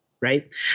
Right